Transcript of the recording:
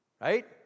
Right